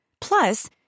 Plus